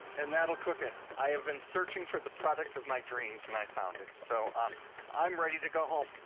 and that'll cook it. i have been searching for the product of my dreams and i've found it so um i'm ready to go home.